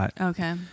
Okay